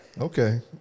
Okay